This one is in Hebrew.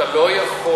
אתה לא יכול,